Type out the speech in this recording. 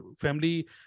family